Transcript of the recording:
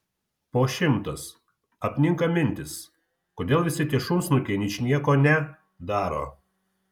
po šimtas apninka mintys kodėl visi tie šunsnukiai ničnieko ne daro